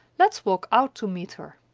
let's walk out to meet her.